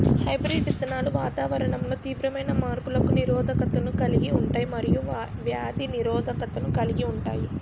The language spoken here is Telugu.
హైబ్రిడ్ విత్తనాలు వాతావరణంలో తీవ్రమైన మార్పులకు నిరోధకతను కలిగి ఉంటాయి మరియు వ్యాధి నిరోధకతను కలిగి ఉంటాయి